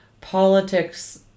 politics